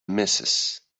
misses